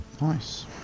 Nice